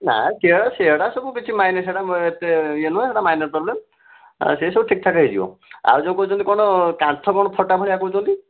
ନା ସେଇଗୁଡ଼ା ସବୁ କିଛି ମାଇନି ସେଇଟା ଏତେ ଇଏ ନୁହଁ ସେଇଟା ମାଇନର ପ୍ରୋବ୍ଲେମ୍ ଆଉ ସେ ସବୁ ଠିକ୍ ଠାକ୍ ହେଇଯିବ ଆଉ ଯେଉଁ କହୁଛନ୍ତି କ'ଣ କାନ୍ଥ କ'ଣ ଫଟା ଭଳିଆ କହୁଛନ୍ତି